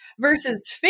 versus